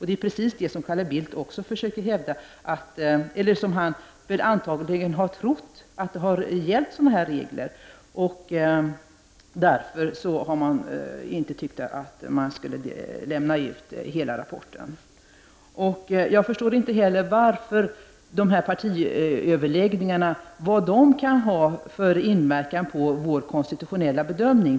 Det är precis det som Carl Bildt antagligen har trott, att sådana regler har gällt. Därför har man inte tyckt att hela rapporten skulle lämnas ut. Jag förstår inte heller vilken inverkan de här partiöverläggningarna kan ha på vår konstitutionella bedömning.